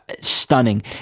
Stunning